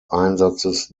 einsatzes